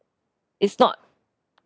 is not